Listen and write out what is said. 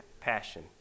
passion